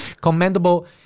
commendable